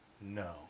No